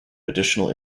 additional